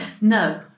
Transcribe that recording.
No